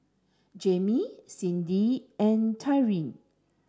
Jamie Cindy and Tyriq